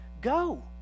Go